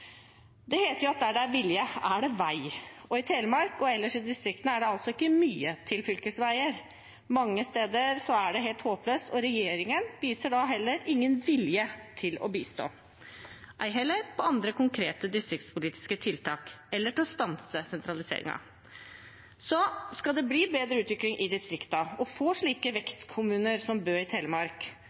Det heter at der det er vilje, er det vei. I Telemark og ellers i distriktene er det altså ikke mye til fylkesveier. Mange steder er det helt håpløst, og regjeringen viser da heller ingen vilje til å bistå, ei heller med andre konkrete distriktspolitiske tiltak eller med å stanse sentraliseringen. Skal det bli bedre utvikling i distriktene, og skal en få slike vekstkommuner som Bø i Telemark